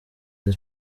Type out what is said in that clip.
the